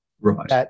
Right